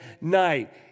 night